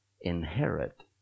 inherit